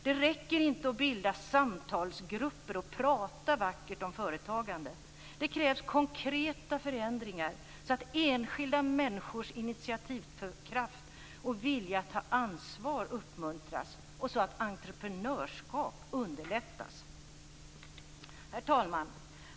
Det räcker inte att bilda samtalsgrupper och att prata vackert om företagande, utan det krävs konkreta förändringar så att enskilda människors initiativkraft och vilja att ta ansvar uppmuntras och så att entreprenörskap underlättas. Herr talman!